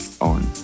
own